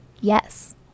yes